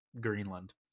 Greenland